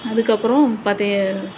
அதுக்கப்புறம் பாத்தீ